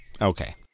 Okay